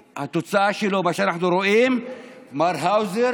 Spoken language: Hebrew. התוצאה שלו, מה שאנחנו רואים, מר האוזר